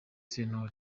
sentore